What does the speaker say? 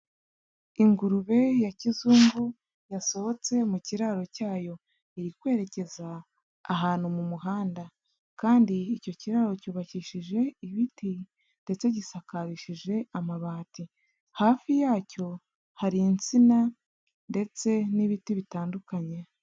Ingurube ya kizungu yasohotse mu kiraro cyayo, iri kwerekeza ahantu mu muhanda kandi icyo kiraro cyubakishije ibiti ndetse gisakarishije amabati, hafi yacyo hari insina ndetse n'ibiti bitandukanye.